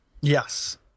Yes